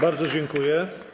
Bardzo dziękuję.